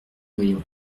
noyon